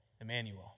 emmanuel